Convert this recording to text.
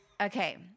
Okay